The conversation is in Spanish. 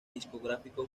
discográfico